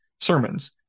sermons